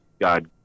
god